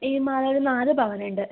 ഈ മാലയൊരു നാല് പവനുണ്ട്